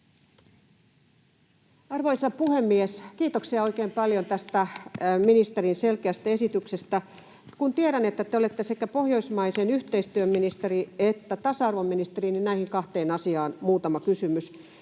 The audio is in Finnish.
Arvoisa puhemies! Kiitoksia oikein paljon tästä ministerin selkeästä esityksestä. Kun tiedän, että te olette sekä pohjoismaisen yhteistyön ministeri että tasa-arvoministeri, niin näistä kahdesta asiasta muutama kysymys: